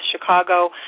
Chicago